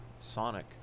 Sonic